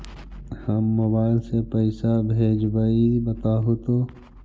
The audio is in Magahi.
हम मोबाईल से पईसा भेजबई बताहु तो?